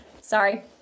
Sorry